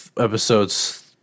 episodes